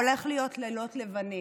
הולכים להיות לילות לבנים.